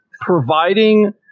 providing